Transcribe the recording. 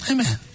Amen